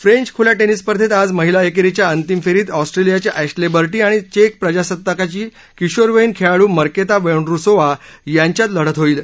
French खुल्या tennis स्पर्धेत आज महिला एकेरीच्या अंतिम फेरीत ऑस्ट्रेलियाच्या एक्षे बर्टी आणि चेक प्रजासत्ताकाची किशोरवयीन खेळाडू मर्केता वोन्डरुसोवा यांच्यात लढत होईल